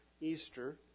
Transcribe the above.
Easter